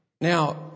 Now